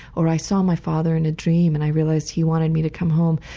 or, i saw my father in a dream and i realised he wanted me to come home.